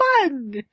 fun